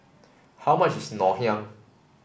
how much is Ngoh Hiang